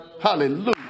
hallelujah